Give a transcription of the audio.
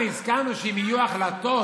כולנו הסכמנו שאם יהיו החלטות,